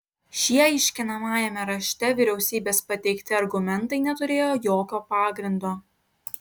šie aiškinamajame rašte vyriausybės pateikti argumentai neturėjo jokio pagrindo